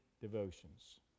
devotions